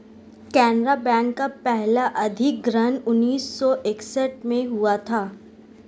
Canara bank का पहला अधिग्रहण उन्नीस सौ इकसठ में हुआ था